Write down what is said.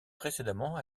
précédemment